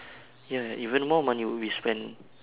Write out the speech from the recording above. ya even more money would be spent